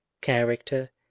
character